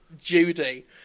Judy